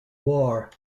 war